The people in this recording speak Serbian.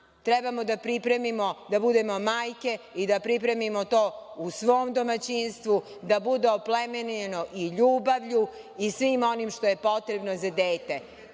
hranu. Treba da budemo majke i da pripremimo to u svom domaćinstvu, da bude oplemenjeno i ljubavlju i svim onim što je potrebno za dete.